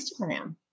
Instagram